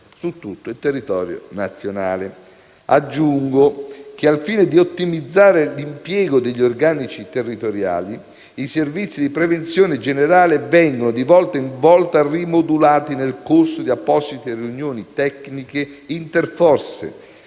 su tutto il territorio nazionale. Aggiungo che, al fine di ottimizzare l'impiego degli organici territoriali, i servizi di prevenzione generale vengono, di volta in volta, rimodulati nel corso di apposite riunioni tecniche interforze,